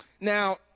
now